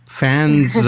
fans